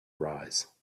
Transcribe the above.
arise